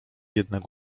jednak